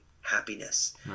happiness